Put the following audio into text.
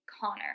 Connor